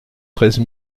treize